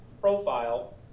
profile